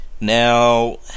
Now